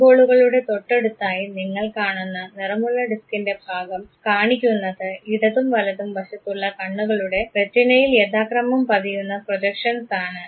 ഐബോളുകളുടെ തൊട്ടടുത്തായി നിങ്ങൾ കാണുന്ന നിറമുള്ള ഡിസ്കിൻറെ ഭാഗം കാണിക്കുന്നത് ഇടതും വലതും വശത്തുള്ള കണ്ണുകളുടെ റെറ്റിനയിൽ യഥാക്രമം പതിയുന്ന പ്രൊജക്ഷൻസാണ്